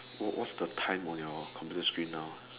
what what's the time on your computer screen now